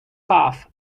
path